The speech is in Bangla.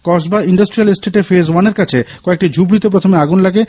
কসবা ইড্রাস্ট্রিয়াল এষ্টেটে ফেজ ওয়ানের কাছে কয়েকটি ঝুপড়িতে প্রথমে আগুন লাগে